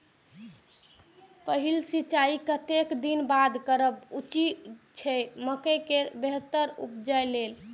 पहिल सिंचाई कतेक दिन बाद करब उचित छे मके के बेहतर उपज लेल?